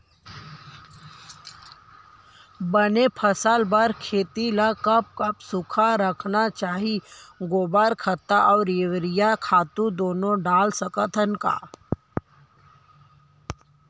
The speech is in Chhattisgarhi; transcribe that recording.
बने फसल बर खेती ल कब कब सूखा रखना चाही, गोबर खत्ता और यूरिया खातू दूनो डारे सकथन का?